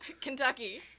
Kentucky